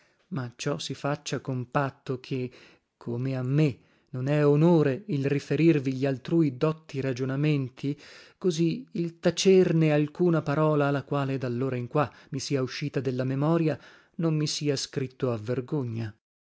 ma ciò si faccia con patto che come a me non è onore il riferirvi gli altrui dotti ragionamentí così il tacerne alcuna parola la quale dallora in qua mi sia uscita della memoria non mi sia scritto a vergogna